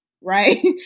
right